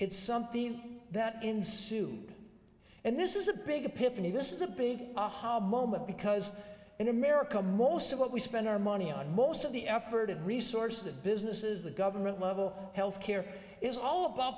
it's something that ensued and this is a big pity this is a big aha moment because in america most of what we spend our money on most of the effort and resources that businesses the government level health care is all about